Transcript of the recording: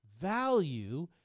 value